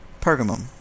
Pergamum